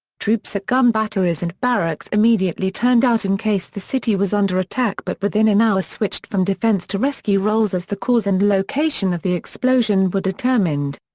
troops at gun batteries and barracks immediately turned out in case the city was under attack but within an hour switched from defence to rescue roles as the cause and location of the explosion were determined.